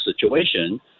situation –